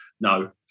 no